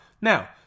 Now